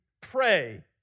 pray